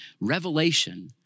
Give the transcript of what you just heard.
revelation